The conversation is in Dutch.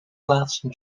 plaatsen